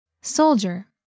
Soldier